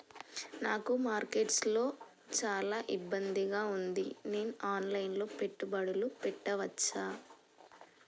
నాకు మార్కెట్స్ లో చాలా ఇబ్బందిగా ఉంది, నేను ఆన్ లైన్ లో పెట్టుబడులు పెట్టవచ్చా?